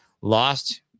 lost